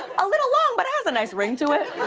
a little long, but it has a nice ring to it.